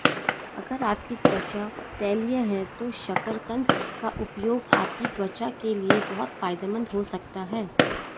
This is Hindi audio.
अगर आपकी त्वचा तैलीय है तो शकरकंद का उपयोग आपकी त्वचा के लिए बहुत फायदेमंद हो सकता है